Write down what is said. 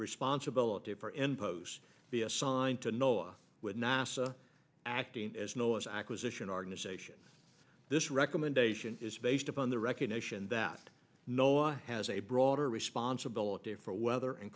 responsibility for any post be assigned to noah with nasa acting as miller's acquisition organization this recommendation is based upon the recognition that noah has a broader responsibility for weather